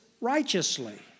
righteously